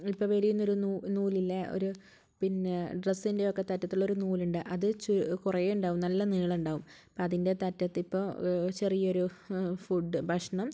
ഇപ്പം വലിയുന്നൊരു നൂ നൂലില്ലേ ഒരു പിന്നെ ഡ്രെസ്സിൻ്റെയൊക്കെ അറ്റത്തുള്ളൊരു നൂല് ഉണ്ട് അത് ചു കുറെ ഉണ്ടാവും നല്ല നീളണ്ടാവും അപ്പം അതിൻ്റെ അറ്റത്തിപ്പോൾ ചെറിയൊരു ഫുഡ് ഭക്ഷണം